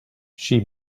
she